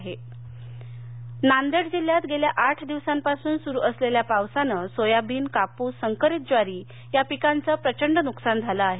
पाऊस नांदेड नांदेड जिल्ह्यात गेल्या आठ दिवसांपासून सुरू असलेल्या पावसानं सोयाबीन कापूस संकरीतज्वारी या पिकांचं प्रचंड नुकसान झालं आहे